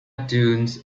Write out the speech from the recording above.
dunes